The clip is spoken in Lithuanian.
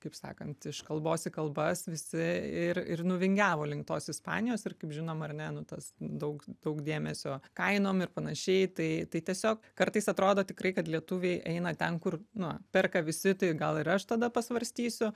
kaip sakant iškalbos į kalbas visi ir ir nuvingiavo link tos ispanijos ir kaip žinom ar ne nu tas daug daug dėmesio kainom ir panašiai tai tai tiesiog kartais atrodo tikrai kad lietuviai eina ten kur na perka visi tai gal ir aš tada pasvarstysiu